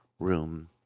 Room